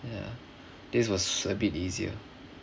ya this was a bit easier